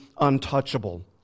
untouchable